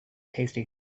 tasty